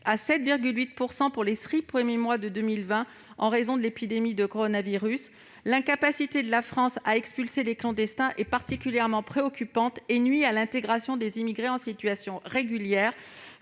à 7,8 % pour les six premiers mois de 2020, en raison de l'épidémie de coronavirus. L'incapacité de la France à expulser les clandestins est particulièrement préoccupante ; elle nuit à l'intégration des immigrés en situation régulière,